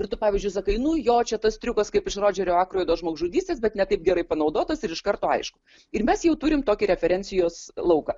ir tu pavyzdžiui sakai nu jo čia tas triukas kaip iš rodžerio akroido žmogžudystės bet ne taip gerai panaudotas ir iš karto aišku ir mes jau turime tokį referencijos lauką